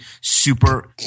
super